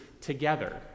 together